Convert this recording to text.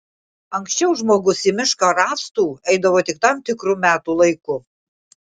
anksčiau žmogus į mišką rąstų eidavo tik tam tikru metų laiku